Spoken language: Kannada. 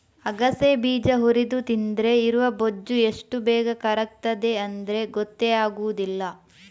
ಅಗಸೆ ಬೀಜ ಹುರಿದು ತಿಂದ್ರೆ ಇರುವ ಬೊಜ್ಜು ಎಷ್ಟು ಬೇಗ ಕರಗ್ತದೆ ಅಂದ್ರೆ ಗೊತ್ತೇ ಆಗುದಿಲ್ಲ